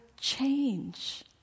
change